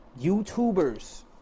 YouTubers